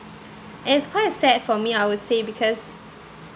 and it's quite sad for me I would say because